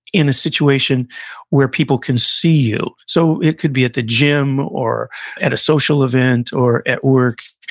in a situation where people can see you. so, it could be at the gym, or at a social event, or at work,